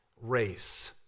race